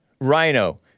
rhino